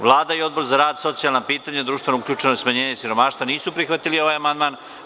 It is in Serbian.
Vlada i Odbor za rad, socijalna pitanja, društvenu uključenost i smanjenje siromaštva nisu prihvatili ovaj amandman.